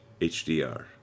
HDR